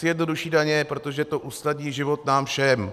Chci jednodušší daně, protože to usnadní život nám všem.